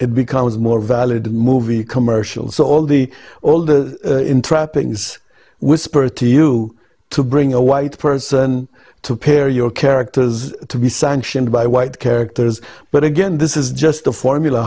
it becomes more valid movie commercials all the all the trappings whisper to you to bring a white person to pair your characters to be sanctioned by white characters but again this is just the formula